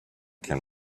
can